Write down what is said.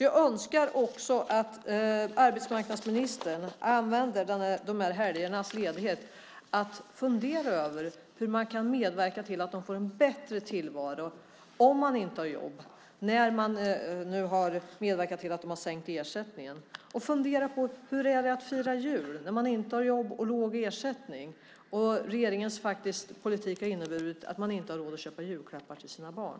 Jag önskar att arbetsmarknadsministern använder helgernas ledighet till att fundera över hur man kan medverka till att de som inte har jobb får en bättre tillvaro, när man nu har medverkat till att ersättningen har sänkts. Fundera på hur det är att fira jul när man inte har jobb och låg ersättning och regeringens politik har inneburit att man inte har råd att köpa julklappar till sina barn!